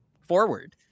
forward